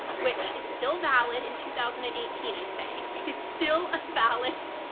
which is still valid in two thousand and eighteen i say it is still a valid.